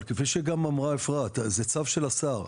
אבל כפי שגם אמרה אפרת, זה צו של השר.